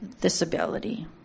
disability